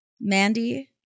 Mandy